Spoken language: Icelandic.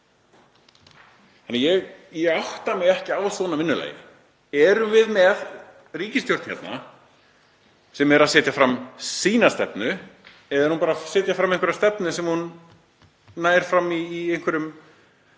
Ég átta mig ekki á svona vinnulagi. Erum við með ríkisstjórn hérna sem er að setja fram sína stefnu eða er hún bara að setja fram einhverja stefnu sem hún nær fram í samningaviðræðum